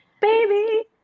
baby